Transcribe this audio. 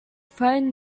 frightened